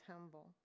humble